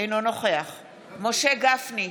אינו נוכח משה גפני,